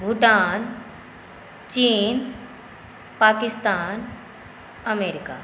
भूटान चीन पकिस्तान अमेरीका